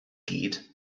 gyd